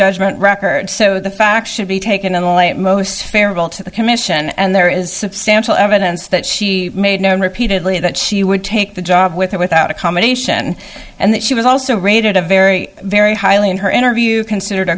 judgment record so the facts should be taken in the light most favorable to the commission and there is substantial evidence that she made known repeatedly that she would take the job with or without accommodation and that she was also rated a very very highly in her interview considered